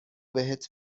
بهت